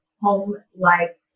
home-like